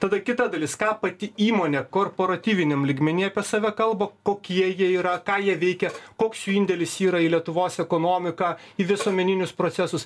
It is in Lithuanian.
tada kita dalis ką pati įmonė korportatyviniam lygmeny apie save kalba kokie jie yra tą jie veikia koks jų indėlis yra į lietuvos ekonomiką į visuomeninius procesus